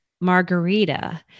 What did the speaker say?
margarita